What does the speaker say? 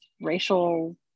racial